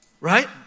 Right